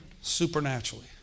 Supernaturally